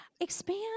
expand